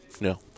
no